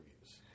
reviews